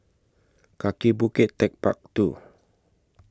Kaki Bukit Techpark two